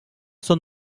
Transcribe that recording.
son